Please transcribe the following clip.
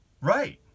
Right